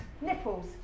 nipples